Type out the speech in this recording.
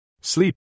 Sleep